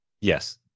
Yes